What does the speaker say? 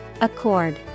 Accord